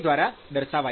દ્વારા દર્શાવાય છે